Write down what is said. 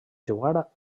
jugar